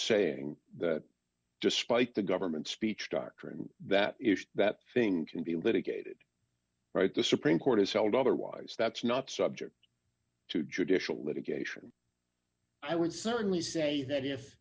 saying that despite the government speech doctrine that if that thing can be litigated right the supreme court has held otherwise that's not subject to judicial litigation i would certainly say that if